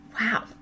Wow